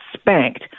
spanked